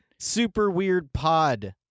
Superweirdpod